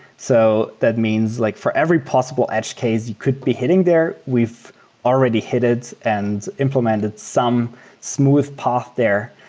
so that means like for every possible edge case you could be hitting there, we've already hit it and implemented some smooth path there,